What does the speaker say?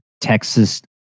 Texas